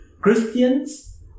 Christians